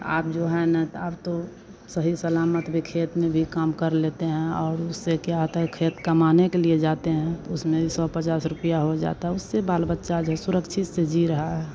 आब जो है नय तो अब तो सही सलामत भी खेत में भी काम कर लेते हैं और उससे क्या होता है खेत कमाने के लिए जाते हैं उसमें भी सौ पचास रुपया हो जाता है उससे बाल बच्चे जो हैं सुरक्षित से जी रहे हैं